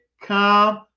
come